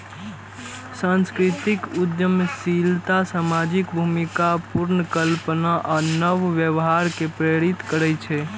सांस्कृतिक उद्यमशीलता सामाजिक भूमिका पुनर्कल्पना आ नव व्यवहार कें प्रेरित करै छै